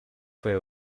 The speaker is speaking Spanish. fue